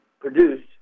produced